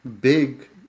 big